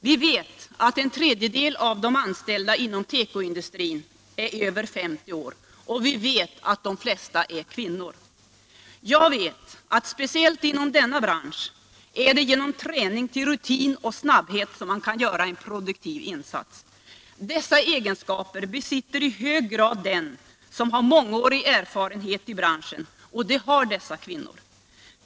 Vi vet att en tredjedel av de anställda inom tekoindustrin är över 50 år, och vi vet att de flesta är kvinnor. Jag vet att det speciellt inom denna bransch är genom träning till rutin och snabbhet som man kan göra en produktiv 61 insats. Dessa egenskaper besitter i hög grad den som har mångårig erfarenhet i branschen, och det har dessa kvinnor.